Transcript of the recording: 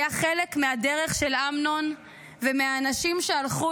היה חלק מהדרך של אמנון ומהאנשים שהלכו